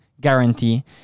guarantee